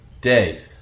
day